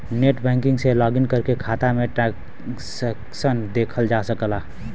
net banking से login करके खाता में ट्रांसैक्शन देखल जा सकला